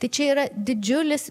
tai čia yra didžiulis